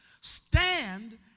Stand